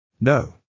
No